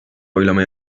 oylama